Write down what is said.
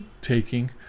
taking